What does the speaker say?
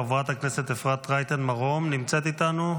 חברת הכנסת אפרת רייטן מרום נמצאת איתנו?